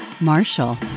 Marshall